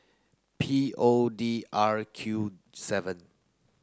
P O D R Q seven